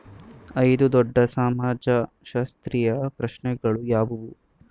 ಐದು ದೊಡ್ಡ ಸಮಾಜಶಾಸ್ತ್ರೀಯ ಪ್ರಶ್ನೆಗಳು ಯಾವುವು?